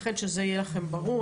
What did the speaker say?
לכן שזה יהיה לכם ברור,